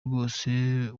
rwose